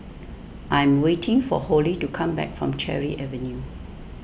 I am waiting for Holly to come back from Cherry Avenue